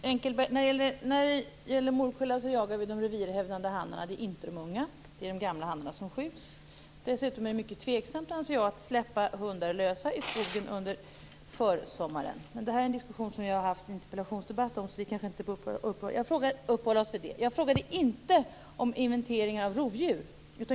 Herr talman! När det gäller morkulla jagar vi de revirhävdande hanarna. Det är inte de unga hanarna som skjuts utan de gamla. Dessutom anser jag att det är mycket tveksamt att släppa hundar lösa i skogen under försommaren. Men detta är en fråga som jag har haft en interpellationsdebatt om, så vi behöver kanske inte uppehålla oss vid det. Jag frågade inte om inventeringar av rovdjur.